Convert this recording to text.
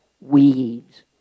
Weeds